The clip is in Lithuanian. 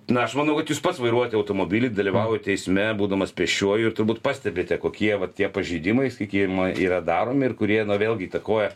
na aš manau kad jūs pats vairuojate automobilį dalyvaujate eisme būdamas pėsčiuoju ir turbūt pastebite kokie vat tie pažeidimai sakykim yra daromi ir kurie vėlgi įtakoja